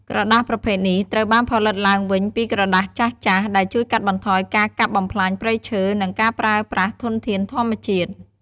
ក្រដាសប្រភេទនេះត្រូវបានផលិតឡើងវិញពីក្រដាសចាស់ៗ ដែលជួយកាត់បន្ថយការកាប់បំផ្លាញព្រៃឈើ និងការប្រើប្រាស់ធនធានធម្មជាតិ។